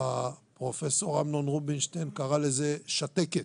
פרופ' אמנון רובינשטיין קרא לזה: שַׁתֶּקֶת,